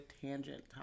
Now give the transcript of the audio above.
tangent